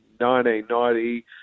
1990